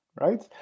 right